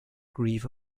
grieve